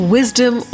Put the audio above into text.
Wisdom